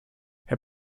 herr